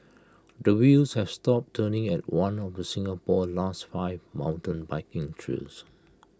the wheels have stopped turning at one of Singapore's last five mountain biking trails